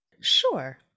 sure